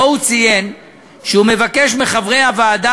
שבו הוא ציין שהוא מבקש מחברי הוועדה